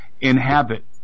inhabit